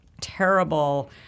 terrible